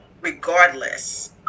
regardless